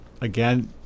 Again